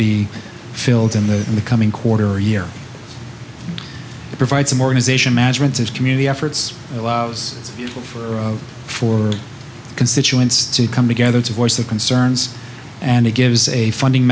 be filled in the in the coming quarter year provide some organization management is community efforts and allows for constituents to come together to voice their concerns and it gives a funding